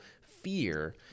fear